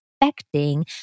affecting